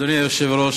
אדוני היושב-ראש,